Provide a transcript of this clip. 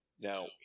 Now